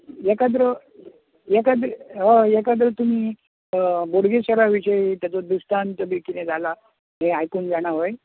एखादरे एखादरे हय एखादरें जर तुमी बोडगेश्वरा विशयी की ताचो दृश्टांत बी कितें जाला हें आयकूंक जाणां व्हय